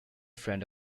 friend